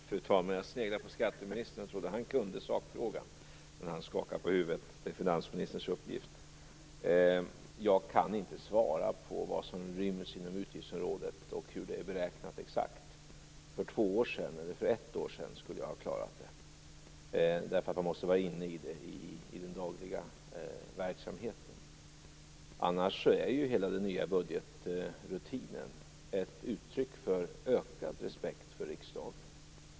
Fru talman! Jag sneglade på skatteministern, då jag trodde att han kunde sakfrågan, men han skakar på huvudet - det är finansministerns uppgift. Jag kan inte säga vad som ryms inom utgiftsområdet och hur det exakt är beräknat. För ett år sedan skulle jag ha klarat det; man måste vara inne i den dagliga verksamheten för att kunna svara. Annars är hela den nya budgetrutinen ett uttryck för ökad respekt för riksdagen.